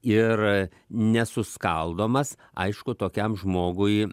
ir nesuskaldomas aišku tokiam žmogui